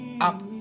up